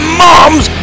moms